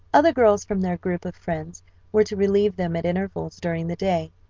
other girls from their group of friends were to relieve them at intervals during the day,